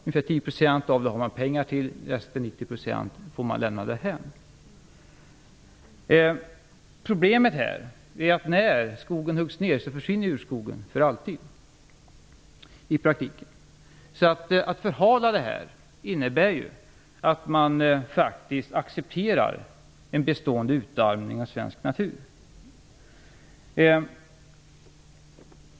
Resterande 90 % får man lämna därhän. Problemet här är att när skogen huggs ned försvinner urskogen i praktiken för alltid. Att förhala det här innebär alltså att man faktiskt accepterar en bestående utarmning av svensk natur.